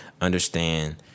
understand